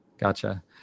gotcha